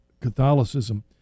Catholicism